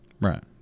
right